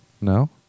No